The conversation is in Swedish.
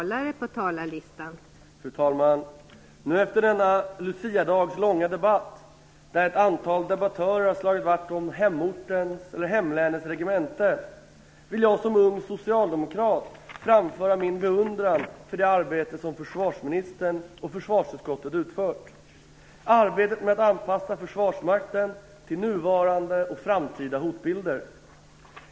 Fru talman! Efter denna luciadags långa debatt, där ett antal debattörer har slagit vakt om hemortens eller hemlänets regemente, vill jag som ung socialdemokrat framföra min beundran för det arbete som försvarsministern och försvarsutskottet utfört för att anpassa försvarsmakten till nuvarande och framtida hotbilder.